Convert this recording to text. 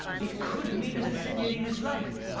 it could mean the signorina's life.